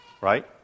right